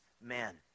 man